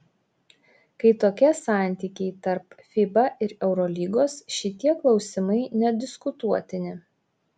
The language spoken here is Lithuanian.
kai tokie santykiai tarp fiba ir eurolygos šitie klausimai nediskutuotini